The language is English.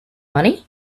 money